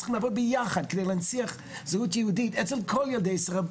צריכים לעבוד יחד כדי להנציח זהות יהודית אצל כל ילדי ישראל,